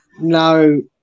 no